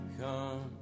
come